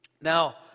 Now